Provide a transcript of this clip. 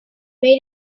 made